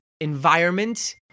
environment